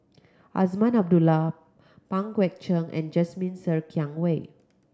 Azman Abdullah Pang Guek Cheng and Jasmine Ser Kiang Wei